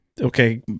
Okay